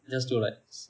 just to like